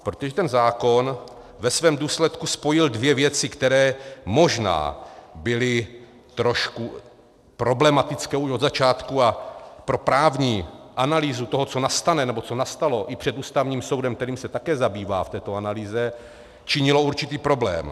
Protože ten zákon ve svém důsledku spojil dvě věci, které možná byly trošku problematické už od začátku a pro právní analýzu toho, co nastane, nebo co nastalo, i před Ústavním soudem, kterým se také zabývá v této analýze, činilo určitý problém.